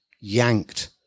yanked